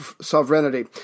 sovereignty